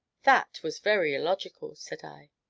that was very illogical! said i.